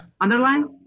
underline